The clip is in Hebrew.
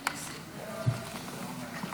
חבריי חברי הכנסת, 292 ימים למלחמה,